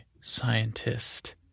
scientist